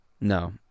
No